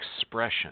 expression